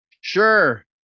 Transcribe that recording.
Sure